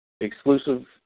exclusive